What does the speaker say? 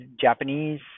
Japanese